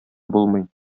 булмый